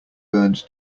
burned